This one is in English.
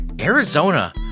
Arizona